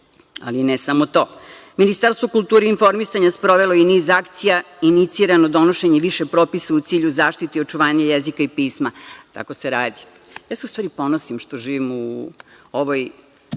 ali ne samo to. Ministarstvo kulture i informisanja sprovelo je i niz akcija, inicirano je donošenje više propisa u cilju zaštite i očuvanja jezika i pisma. Tako se radi. Ja se u stvari ponosim što živim u ovoj